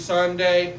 Sunday